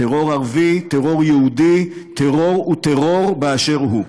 טרור ערבי, טרור יהודי, טרור הוא טרור באשר הוא.